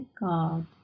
God